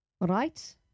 Right